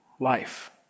life